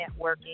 networking